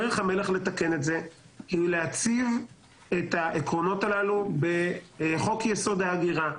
היא להציב את העקרונות הללו בחוק יסוד ההגירה,